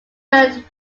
learned